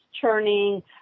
churning